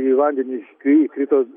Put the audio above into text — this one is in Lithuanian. į vandenį kai įkrito